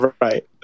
right